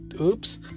oops